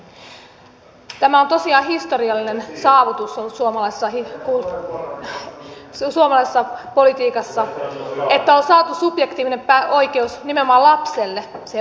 tämä on tosiaan historiallinen saavutus ollut suomalaisessa politiikassa että on saatu subjektiivinen oikeus nimenomaan lapselle siihen varhaiskasvatukseen